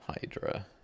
hydra